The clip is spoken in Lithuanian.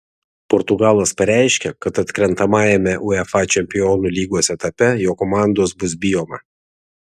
portugalas pareiškė kad atkrentamajame uefa čempionų lygos etape jo komandos bus bijoma